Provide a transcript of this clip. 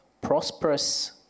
prosperous